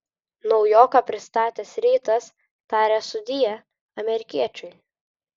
naujoką pristatęs rytas taria sudie amerikiečiui